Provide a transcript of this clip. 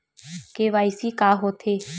KYC का होथे?